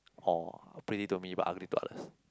or pretty to me but ugly to others